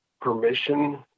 permission